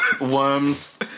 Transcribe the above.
Worms